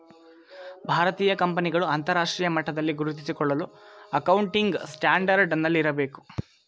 ಭಾರತೀಯ ಕಂಪನಿಗಳು ಅಂತರರಾಷ್ಟ್ರೀಯ ಮಟ್ಟದಲ್ಲಿ ಗುರುತಿಸಿಕೊಳ್ಳಲು ಅಕೌಂಟಿಂಗ್ ಸ್ಟ್ಯಾಂಡರ್ಡ್ ನಲ್ಲಿ ಇರಬೇಕು